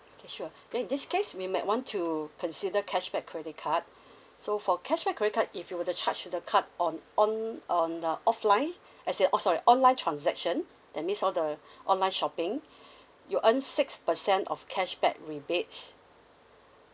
okay sure then in this case you might want to consider cashback credit card so for cashback credit card if you were to charge to the card on on on the offline as in oh sorry online transaction that means all the online shopping you'll earn six percent of cashback rebates